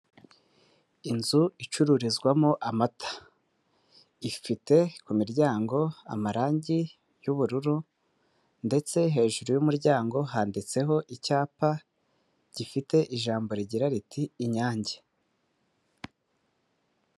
Inzu icururizwamo amata, ifite ku miryango amarangi y'ubururu ndetse hejuru y'umuryango handitseho icyapa gifite ijambo rigira riti “inyange”.